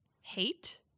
hate